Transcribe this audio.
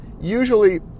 Usually